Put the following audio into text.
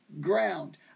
ground